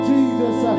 Jesus